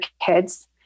kids